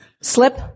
slip